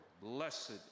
blessed